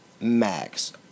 max